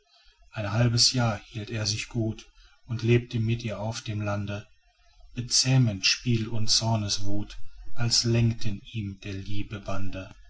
ein halbes jahr hielt er sich gut und lebte mit ihr auf dem lande bezähmend spiel und zorneswuth als lenkten ihn der liebe